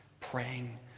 praying